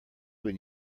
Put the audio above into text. when